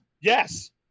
Yes